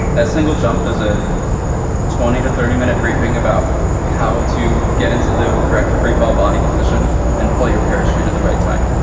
a single jump is a twenty to thirty minute briefing about how to get into the correct freefall body position and pull your parachute at the right time.